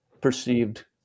perceived